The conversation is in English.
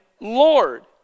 Lord